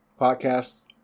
podcasts